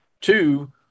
two